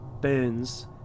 burns